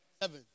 Seven